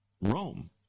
Rome